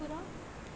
पुरो